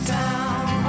down